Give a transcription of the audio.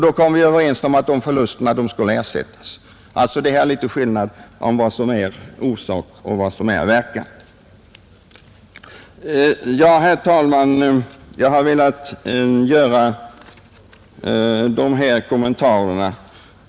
Det var dessa förluster som vi kom överens om att ersätta. Det är litet skillnad på vad som är orsak och vad som är verkan. Herr talman!